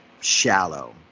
shallow